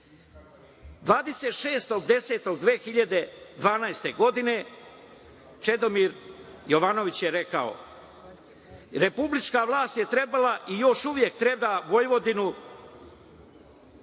26.10.2012. godine Čedomir Jovanović je rekao: „Republička vlast je trebala i još uvek treba Vojvodinu